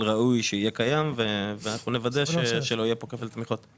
ראוי שיהיה קיים ואנחנו נוודא שלא יהיה פה כפל תמיכות.